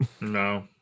No